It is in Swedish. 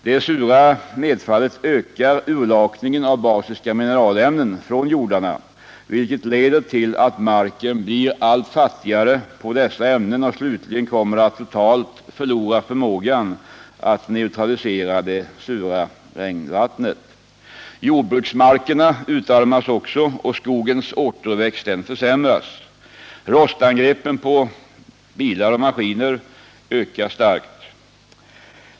Det sura nedfallet ökar urlakningen av basiska mineralämnen från jordarna, vilket leder till att marken blir allt fattigare på dessa ämnen och slutligen kommer att totalt förlora förmågan att neutralisera det sura regnvattnet. Jordbruksmarken utarmas och skogens återväxt försämras. Rostangreppen på bilar och maskiner ökar starkt.